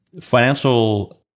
financial